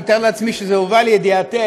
אני מתאר לעצמי שזה הובא לידיעתך,